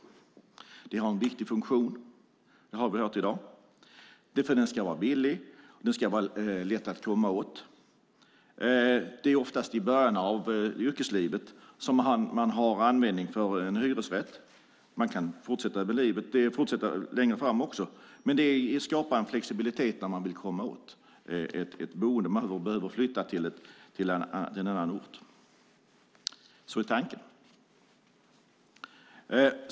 Hyresrätten har en viktig funktion, har vi hört i dag. Den ska vara billig och lätt att komma åt. Det är oftast i början av yrkeslivet som man har användning för en hyresrätt, även om man kan fortsätta med en sådan även längre fram. Men den skapar en flexibilitet när man vill komma åt ett boende och behöver flytta till en annan ort. Så är tanken.